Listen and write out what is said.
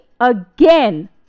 Again